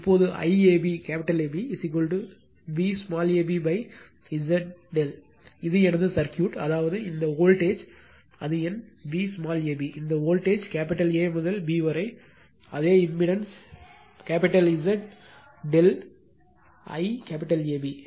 இப்போது IAB VabZ ∆ இது எனது சர்க்யூட் அதாவது இந்த வோல்டேஜ் அது என் Vab இந்த வோல்டேஜ் A முதல் B வரை அதே இம்பிடன்ஸ் Z ∆ IAB ஆகும்